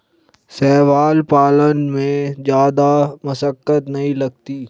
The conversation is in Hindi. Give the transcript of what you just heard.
शैवाल पालन में जादा मशक्कत नहीं लगती